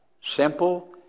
simple